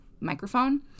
microphone